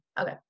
Okay